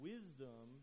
Wisdom